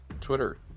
twitter